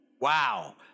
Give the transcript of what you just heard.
Wow